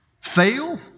fail